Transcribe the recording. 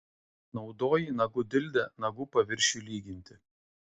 naudoji nagų dildę nagų paviršiui lyginti